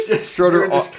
Schroeder